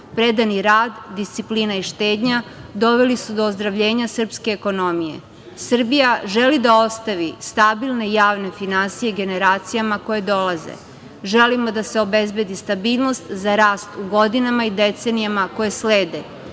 Predani rad, disciplina i štednja doveli su do ozdravljenja srpske ekonomije. Srbija želi da ostavi stabilne javne finansije generacijama koje dolaze. Želimo da se obezbedi stabilnost za rast u godinama i decenijama koje slede.